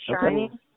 Shining